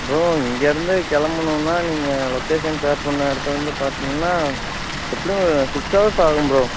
bro இங்கேயிருந்து கிளம்பணும்னா நீங்கள் லொக்கேஷன் ஷேர் பண்ண இடத்துலருந்து பார்த்தீங்கன்னா எப்படியும் ஒரு சிக்ஸ் அவர்ஸ் ஆகும் ப்ரோ